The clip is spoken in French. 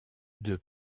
deux